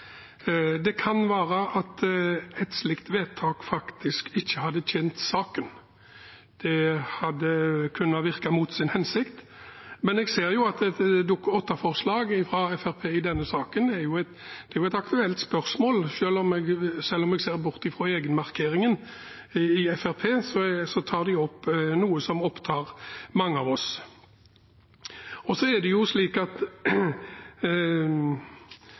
Det kan være at et slikt vedtak faktisk ikke hadde tjent saken, at det hadde kunnet virke mot sin hensikt. Men jeg ser Dokument 8-forslaget fra Fremskrittspartiet i denne saken, og det er et aktuelt spørsmål. Selv om jeg ser bort fra egenmarkeringen i Fremskrittspartiet, tar de opp noe som opptar mange av oss. Norsk handelspolitikk skal styres av statlige myndigheter. Det er helt klart. Det